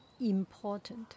important